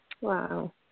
wow